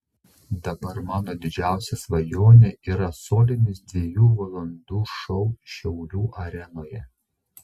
dabar mano didžiausia svajonė yra solinis dviejų valandų šou šiaulių arenoje